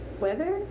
Weather